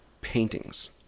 paintings